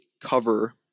cover